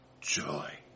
joy